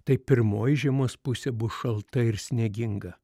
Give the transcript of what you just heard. tai pirmoji žiemos pusė bus šalta ir snieginga